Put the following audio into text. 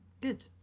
good